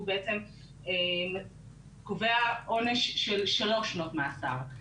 הוא בעצם קובע עונש של שלוש שנות מאסר.